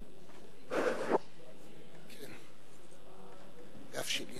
חברי וחברותי חברי הכנסת, היום יום שני,